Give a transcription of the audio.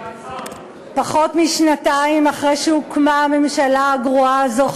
פחות משנתיים אחרי שהוקמה הממשלה הגרועה הזאת,